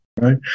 right